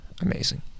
amazing